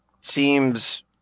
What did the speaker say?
seems